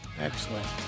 excellent